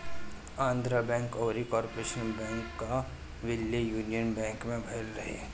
Andhra bank अउरी corporation bank कअ विलय यूनियन बैंक में भयल रहे